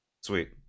Sweet